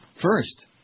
first